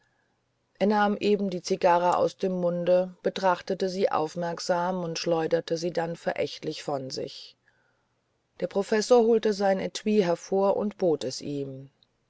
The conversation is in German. er nahm eben die zigarre aus dem munde betrachtete sie aufmerksam und schleuderte sie dann verächtlich von sich der professor holte sein etui hervor und bot es ihm